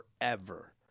forever